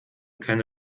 keine